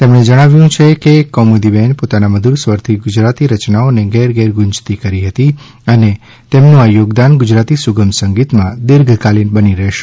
તેમણે જણાવ્યુ છે કે કૌમૂદીબહેને પોતાના મધૂર સ્વરથી ગુજરાતી રચનાઓને ઘેર ઘેર ગૂંજતી કરી હતી અને તેમનું આ થોગદાન ગુજરાતી સુગમ સંગીતમાં દીર્ઘકાલિન બની રહેશે